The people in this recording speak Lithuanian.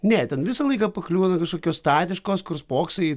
ne ten visą laiką pakliūna kažkokios statiškos kur spoksai į